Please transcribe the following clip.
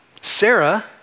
Sarah